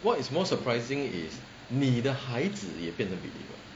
what is more surprising is 你的孩子也变成 believer